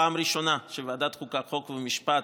הפעם הראשונה שבה ועדת החוקה חוק ומשפט